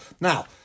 Now